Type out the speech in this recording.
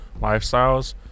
lifestyles